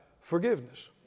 Forgiveness